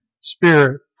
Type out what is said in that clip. spirit